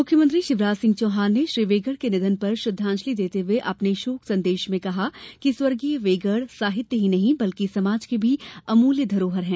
मुख्यमंत्री शिवराज सिंह चौहान ने श्री बेगड़ के निधन पर श्रद्वांजलि देते हुए अपने शोक संदेश में कहा कि स्वर्गीय बेगड़ साहित्य ही नहीं बल्कि समाज के भी अमूल्य धरोहर हैं